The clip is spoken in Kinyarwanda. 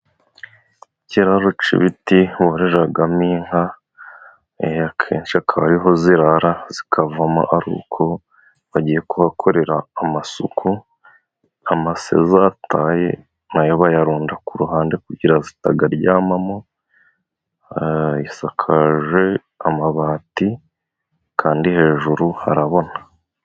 Ikiraro cy'ibiti bororeramo inka, akenshi akaba ariho zirara, zikavamo aruko bagiye kuhakorera amasuku. Amase zataye na yo bayarunda ku ruhande kugira ngo zitayaryamamo. Gisakaje amabati kandi hejuru harabona.